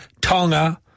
Tonga